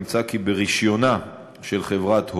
נמצא כי ברישיונה של חברת "הוט",